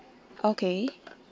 okay